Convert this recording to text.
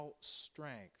strength